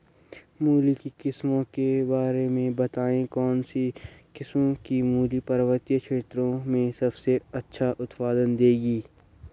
मूली की किस्मों के बारे में बताइये कौन सी किस्म की मूली पर्वतीय क्षेत्रों में सबसे अच्छा उत्पादन देंगी?